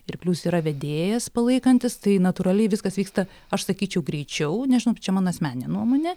ir plius yra vedėjas palaikantis tai natūraliai viskas vyksta aš sakyčiau greičiau nežinau tai čia mano asmeninė nuomonė